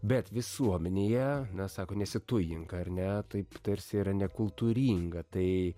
bet visuomenėje na sako nesitujink ar ne taip tarsi yra nekultūringa tai